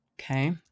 Okay